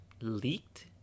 leaked